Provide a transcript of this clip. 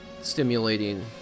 stimulating